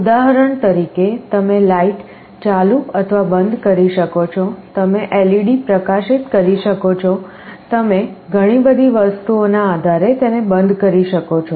ઉદાહરણ તરીકે તમે લાઇટ ચાલુ અથવા બંધ કરી શકો છો તમે LED પ્રકાશિત કરી શકો છો તમે ઘણી બધી વસ્તુઓના આધારે તેને બંધ કરી શકો છો